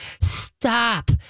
Stop